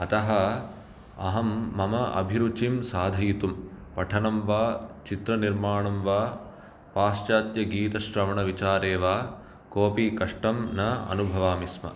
अतः अहं मम अभिरुचिं साधयितुं पठनं वा चित्रनिर्माणं वा पाश्चात्यगीतश्रवणविचारे वा कोपि कष्टं न अनुभवामि स्म